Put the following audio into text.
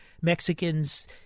Mexicans